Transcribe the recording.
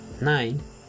Nine